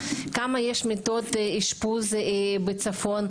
כמה מיטות אשפוז יש בצפון?